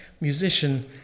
musician